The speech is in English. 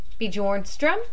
Bjornstrom